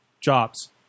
jobs